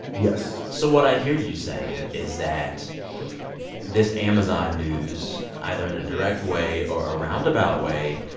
yes so what i hear you saying is that this amazon news, either in a direct way or a roundabout way,